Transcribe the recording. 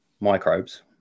microbes